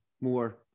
more